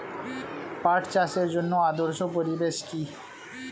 পাট চাষের জন্য আদর্শ পরিবেশ কি?